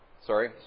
Sorry